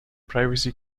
privacy